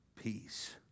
peace